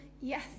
yes